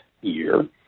year